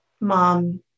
mom